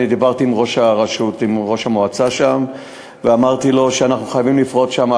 אני דיברתי עם ראש המועצה שם ואמרתי לו שאנחנו חייבים לפרוץ לשם,